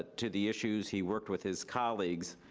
to the issues. he worked with his colleagues,